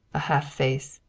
a half face!